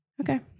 Okay